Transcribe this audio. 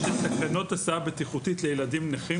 יש את תקנות הסעה בטיחותית לילדים נכים